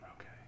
Okay